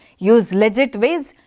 use legit ways